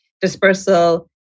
dispersal